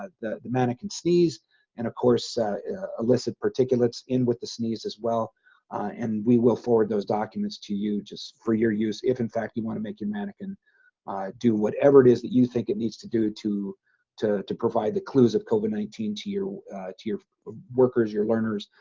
ah the the mannequin sneeze and of course ah illicit particulates in with the sneeze as well and we will forward those documents to you just for your use if in fact you want to make your mannequin ah do whatever it is that you think it needs to do to to to provide the clues of coba nineteen to your ah to your workers your learners,